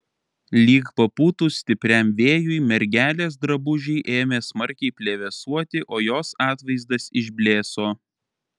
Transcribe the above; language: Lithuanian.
lyg papūtus stipriam vėjui mergelės drabužiai ėmė smarkiai plevėsuoti o jos atvaizdas išblėso